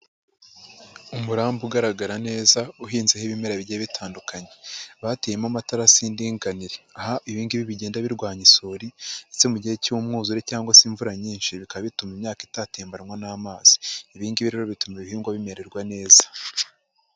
Umurambi ugaragara neza uhinzeho ibimera bijye bitandukanye, bateyemo amatarasi y'indinganire, aho ibi ngibi bigenda birwanya isuri ndetse mu gihe cy'umwuzure cyangwa se imvura nyinshi bikaba bituma imyaka itatembanwa n'amazi, ibi ngibi rero bituma ibihingwa bimererwa neza.